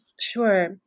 Sure